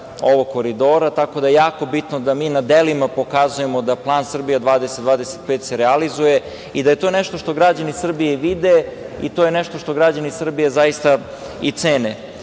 ovog koridora, tako da je jako bitno da mi na delima pokazujemo da plan "Srbija 2025" se realizuje i da je to nešto što građani Srbije vide i to je nešto što građani Srbije zaista i cene. Tako